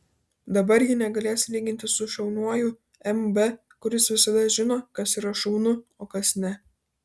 dabar ji negalės lygintis su šauniuoju mb kuris visada žino kas yra šaunu o kas ne